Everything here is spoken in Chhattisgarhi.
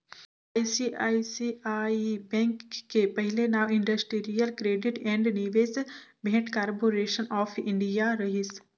आई.सी.आई.सी.आई बेंक के पहिले नांव industrial credit and investment corporation of India रहिस